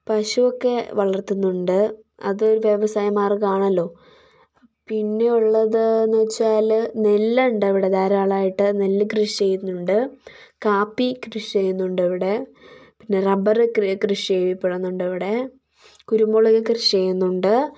പശു ഒക്കെ വളർത്തുന്നുണ്ട് അത് വ്യവസായ മാർഗ്ഗമാണല്ലോ പിന്നെ ഉള്ളതെന്നു വച്ചാൽ നെല്ല് ഉണ്ട് ഇവിടെ ധാരമാളായിട്ട് നെല്ല് കൃഷി ചെയ്യുന്നുണ്ട് കാപ്പി കൃഷി ചെയ്യുന്നുണ്ട് ഇവിടെ പിന്നെ റബ്ബർ കൃഷി ചെയ്യപ്പെടുന്നുണ്ട് ഇവിടെ കുരുമുളക്ക് കൃഷി ചെയ്യുന്നുണ്ട്